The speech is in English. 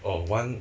oh one